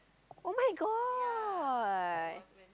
[oh]-my-god